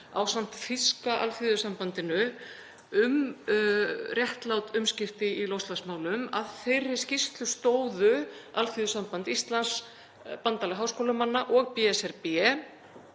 ásamt Þýska alþýðusambandinu um réttlát umskipti í loftslagsmálum. Að þeirri skýrslu stóðu Alþýðusamband Íslands, Bandalag háskólamanna og BSRB.